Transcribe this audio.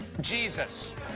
Jesus